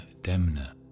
Demna